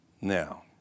Now